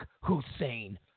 Hussein